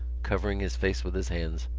covering his face with his hands,